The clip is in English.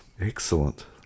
Excellent